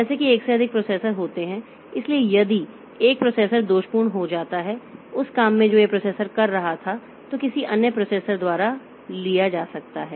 जैसे कि एक से अधिक प्रोसेसर होते हैं इसलिए यदि एक प्रोसेसर दोषपूर्ण हो जाता है उस काम में जो यह प्रोसेसर कर रहा था तो किसी अन्य प्रोसेसर द्वारा लिया जा सकता है